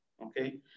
Okay